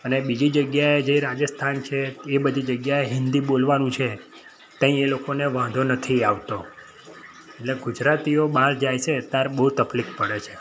અને બીજી જગ્યાએ જે રાજસ્થાન છે એ બધી જગ્યાએ હિન્દી બોલવાનું છે ત્યાં એ લોકોને વાંધો નથી આવતો એટલે ગુજરાતીઓ બહાર જાય છે ત્યારે બહુ તકલીફ પડે છે